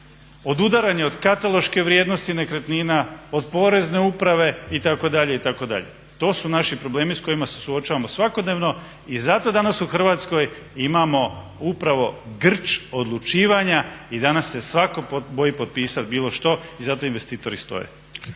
odudaranja od kataloške vrijednosti nekretnina, od Porezne uprave itd. itd. To su naši problemi sa kojima se suočavamo svakodnevno i zato danas u Hrvatskoj imamo upravo grč odlučivanja i danas se svatko boji potpisat bilo što i zato investitori stoje.